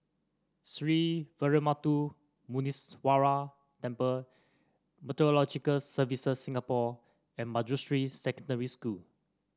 Sree Veeramuthu Muneeswaran Temple Meteorological Services Singapore and Manjusri Secondary School